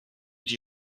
die